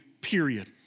period